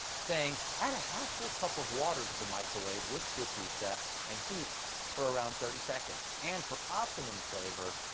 saying add a half-full cup of water to the microwave with your pizza and heat for around thirty seconds. and for optimum flavor,